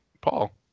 Paul